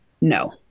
no